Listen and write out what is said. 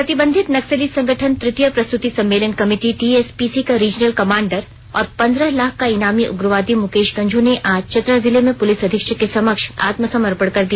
प्रतिबंधित नक्सली संगठन तृतीय प्रस्तुति सम्मेलन कमिटी टीएसपीसी का रिजनल कमांडर और पन्द्रह लाख का ईनामी उग्रवादी मुकेश गंझू ने आज चतरा जिले में पुलिस अधीक्षक के समक्ष आत्मसमर्पण कर दिया